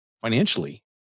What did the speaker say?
financially